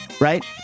right